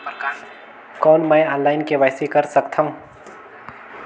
कौन मैं online KYC कर सकथव?